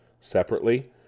separately